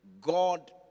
God